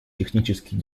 технические